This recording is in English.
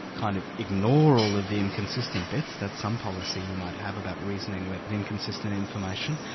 kind of, ignore all of the inconsistent bits that's some policy you might have about reasoning with inconsistent information.